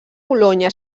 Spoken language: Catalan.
bolonya